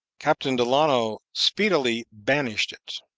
captain delano speedily banished it.